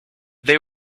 they